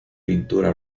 pintura